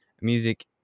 Music